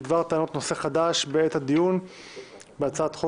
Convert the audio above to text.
חוק ומשפט בדבר טענות נושא חדש בעת הדיון בהצעת חוק